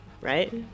right